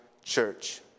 church